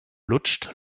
lutscht